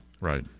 Right